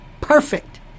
perfect